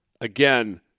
Again